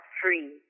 free